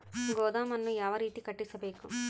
ಗೋದಾಮನ್ನು ಯಾವ ರೇತಿ ಕಟ್ಟಿಸಬೇಕು?